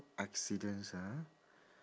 accidents ah